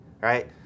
right